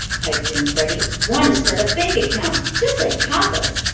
piped in freddie. want to start a bank account just like papa's.